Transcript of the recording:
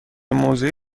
موضعی